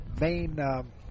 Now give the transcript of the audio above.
main